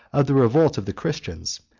of the revolt of the christians,